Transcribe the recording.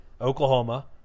Oklahoma